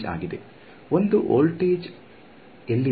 ಒಂದು volt voltage ಎಲ್ಲಿದೆ